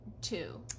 two